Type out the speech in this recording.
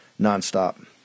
nonstop